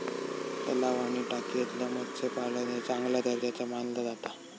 तलाव आणि टाकयेतला मत्स्यपालन ह्या चांगल्या दर्जाचा मानला जाता